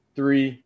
Three